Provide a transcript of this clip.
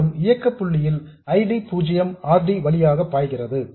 மேலும் இயக்கப் புள்ளியில் I D 0 R D வழியாக பாய்கிறது